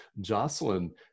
Jocelyn